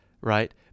right